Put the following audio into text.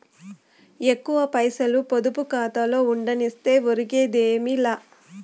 ఎక్కువ పైసల్ని పొదుపు కాతాలో ఉండనిస్తే ఒరిగేదేమీ లా